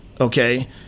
okay